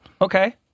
Okay